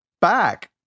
back